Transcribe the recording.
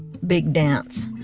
big dance.